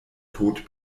tod